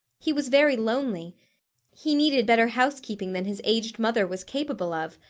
he was very lonely he needed better housekeeping than his aged mother was capable of,